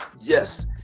Yes